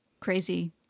crazy